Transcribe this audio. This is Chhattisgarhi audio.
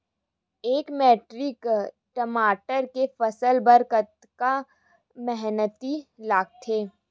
एक मैट्रिक टमाटर के फसल बर कतका मेहनती लगथे?